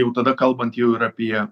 jau tada kalbant jau ir apie